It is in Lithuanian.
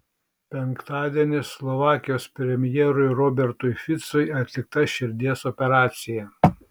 penktadienį slovakijos premjerui robertui ficui atlikta širdies operacija